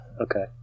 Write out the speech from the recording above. Okay